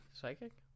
psychic